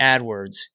AdWords